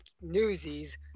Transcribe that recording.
Newsies